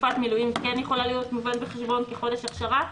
תקופת מילואים כן יכולה להיות מובאת בחשבון כחודש אכשרה,